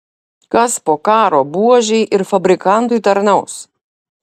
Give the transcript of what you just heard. kas po karo buožei ir fabrikantui tarnaus